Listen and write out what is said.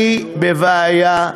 אני בבעיה.